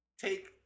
take